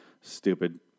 Stupid